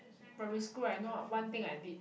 primary school I know one thing I did